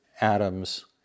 atoms